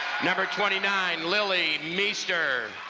number twenty nine, lily meester.